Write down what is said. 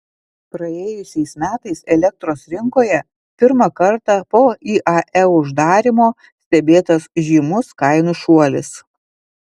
praėjusiais metais elektros rinkoje pirmą kartą po iae uždarymo stebėtas žymus kainų šuolis